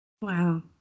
Wow